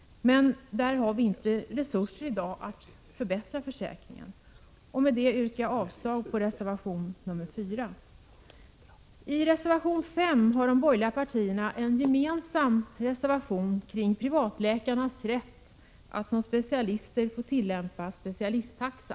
Vi har i dag inte resurser att förbättra försäkringen. Med det yrkar jag avslag på reservation 4. Reservation 5 är gemensam för de borgerliga partierna och gäller privatläkarnas rätt att som specialister få tillämpa specialisttaxa.